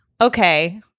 Okay